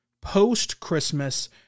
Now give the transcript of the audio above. post-Christmas